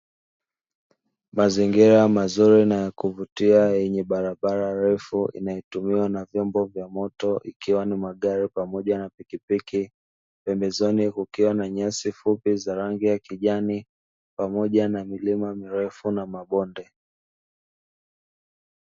Mazingira mazuri na ya kuvutia yenye barabara refu inayotumiwa na vyombo vya moto, ikiwa ni magari pamoja na pikipiki, pembezoni kukiwa na nyasi fupi za rangi ya kijani, pamoja na milima mirefu na mabonde.